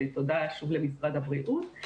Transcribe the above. ותודה שוב למשרד הבריאות,